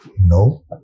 No